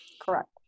Correct